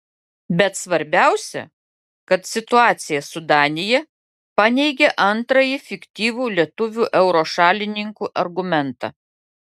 bet svarbiausia kad situacija su danija paneigia antrąjį fiktyvų lietuvių euro šalininkų argumentą